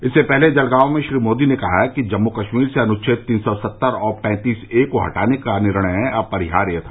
इससे पहले जलगांव में श्री मोदी ने कहा है कि जम्मू कश्मीर से अनुच्छेद तीन सौ सत्तर और पैंतीस ए को हटाने का निर्णय अपरिहार्य था